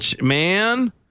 man